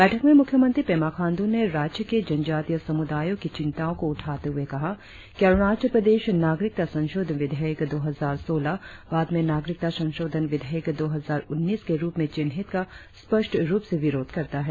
बैठक में मुख्यमंत्री पेमा खाण्डू ने राज्य के जनजातीय समुदायों की चिंताओं को उठाते हुए कहा कि अरुणाचल प्रदेश नागरिकता संशोधन विधेयक दो हजार सोलह बाद में नागरिकता संशोधन विधेयक दो हजार उन्नीस के रुप में चिन्हित का स्पष्ट रुप से विरोध करता है